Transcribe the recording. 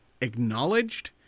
acknowledged